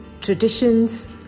traditions